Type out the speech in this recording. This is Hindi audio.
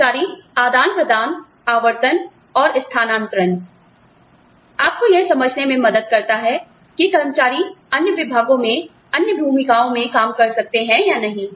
कर्मचारी आदान प्रदान आवर्तन और स्थानांतरण आपको यह समझने में मदद करता है कि कर्मचारी अन्य विभागों में अन्य भूमिकाओं में काम कर सकते हैं या नहीं